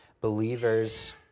Believers